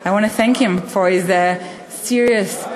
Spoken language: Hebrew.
I want to thank him for his serious endeavor,